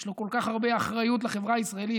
יש לו כל כך הרבה אחריות לחברה הישראלית,